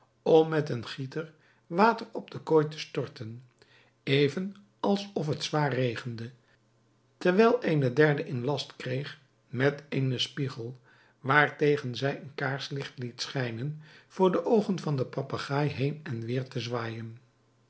om met een gieter water op de kooi te storten even als of het zwaar regende terwijl eene derde in last kreeg met eenen spiegel waar tegen zij een kaarslicht liet schijnen voor de oogen van den papegaai heen en weer te zwaaijen